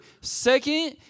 Second